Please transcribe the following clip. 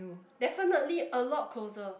definitely a lot closer